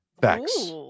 facts